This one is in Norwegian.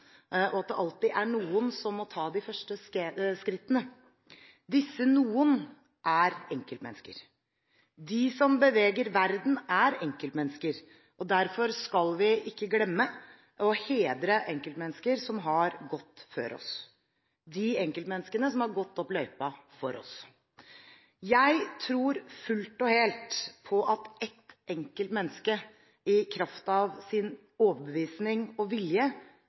at det alltid er noen som må ta de første skrittene. Disse «noen» er enkeltmennesker. De som beveger verden, er enkeltmennesker, og derfor skal vi ikke glemme å hedre enkeltmennesker som har gått før oss – de enkeltmenneskene som har gått opp løypa for oss. Jeg tror fullt og helt på at ett enkelt menneske i kraft av sin overbevisning og vilje